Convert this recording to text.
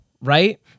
right